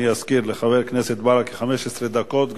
לחבר הכנסת ברכה 15 דקות.